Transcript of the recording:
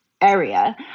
area